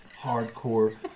hardcore